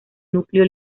núcleo